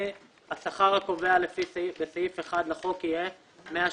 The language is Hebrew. שיעור השכר הקובע 1. השכר הקובע כאמור בסעיף 1 לחוק יהיה 160%